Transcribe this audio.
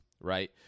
right